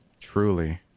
truly